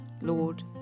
Lord